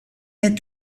est